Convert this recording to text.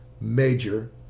major